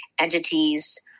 entities